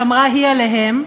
שמרה היא עליהם,